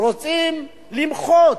רוצים למחות,